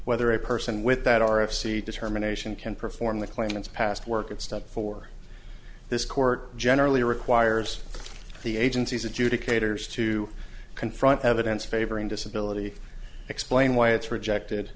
whether a person with that r f c determination can perform the claimant's past work and stuff for this court generally requires the agency's adjudicators to confront evidence favoring disability explain why it's rejected